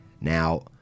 Now